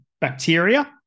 bacteria